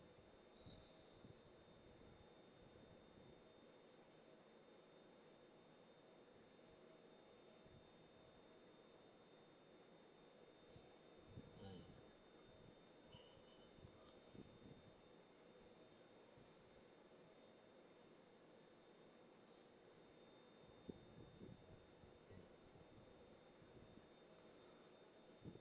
mm